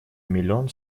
миллион